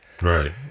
Right